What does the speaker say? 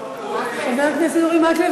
חבר הכנסת אורי מקלב,